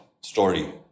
story